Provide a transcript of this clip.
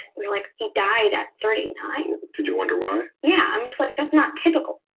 we're like he died at thirty nine? did you wonder why? yeah i'm just like, that's not typical.